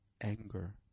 anger